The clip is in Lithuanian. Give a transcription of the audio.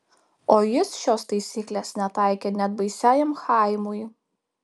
o jis šios taisyklės netaikė net baisiajam chaimui